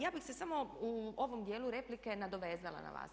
Ja bih se samo u ovom dijelu replike nadovezala na vas.